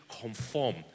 conform